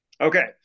Okay